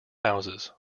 houses